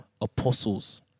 apostles